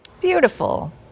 Beautiful